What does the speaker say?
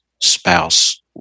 spouse